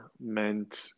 meant